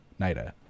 nida